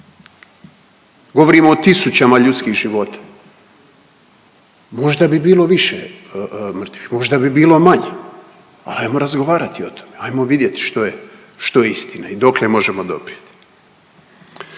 govorimo o tisućama ljudskih života. Možda bi bilo više mrtvih, možda bi bilo manje, al ajmo razgovarati o tome, ajmo vidjet što je, što je istina i dokle možemo doprijeti.